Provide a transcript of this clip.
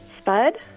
Spud